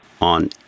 on